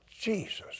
Jesus